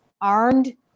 armed